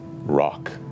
rock